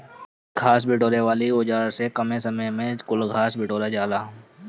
घास बिटोरे वाली औज़ार से कमे समय में कुल घास बिटूरा जाला